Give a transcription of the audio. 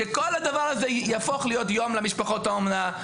שכל הדבר הזה יהפוך להיות יום למשפחות האומנה,